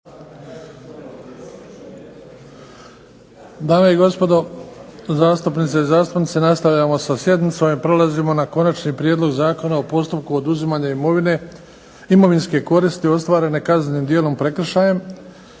Dame i gospodo zastupnice i zastupnici, nastavljamo sa sjednicom i prelazimo na - Konačni prijedlog Zakona o postupku oduzimanja imovine, imovinske koristi ostvarene kaznenim djelom prekršajem,